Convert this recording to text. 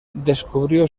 descubrió